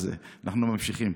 אז אנחנו ממשיכים.